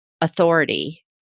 authority